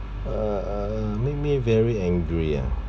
uh uh make me very angry ah